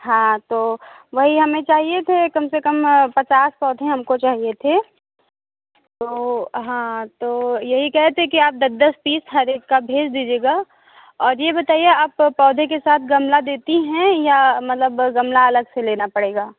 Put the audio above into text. हाँ तो वही हमें चाहिए थे कम से कम पचास पौधे हमको चाहिए थे तो हाँ तो यही कहे रहे थे कि आप दस दस पीस हर एक का भेज़ दीजिएगा और ये बताइए आप पौधे के साथ गमला देती हैं या मतलब गमला अलग से लेना पड़ेगा